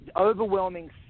overwhelming